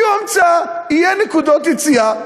המציאו המצאה: יהיו נקודות יציאה.